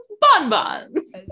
bonbons